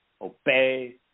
obey